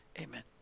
amen